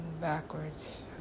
Backwards